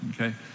Okay